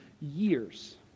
years